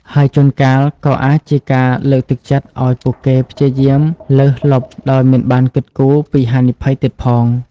ហើយជួនកាលក៏អាចជាការលើកទឹកចិត្តឱ្យពួកគេព្យាយាមលើសលប់ដោយមិនបានគិតគូរពីហានិភ័យទៀតផង។